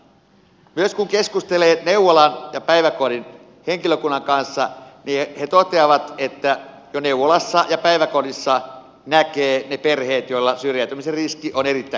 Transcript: myös kun keskustelee neuvolan ja päiväkodin henkilökunnan kanssa he toteavat että jo neuvolassa ja päiväkodissa näkee ne perheet joilla syrjäytymisen riski on erittäin suuri